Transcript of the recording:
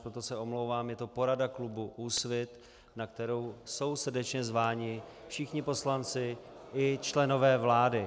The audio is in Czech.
Proto se omlouvám, je to porada klubu Úsvit, na kterou jsou srdečně zváni všichni poslanci i členové vlády.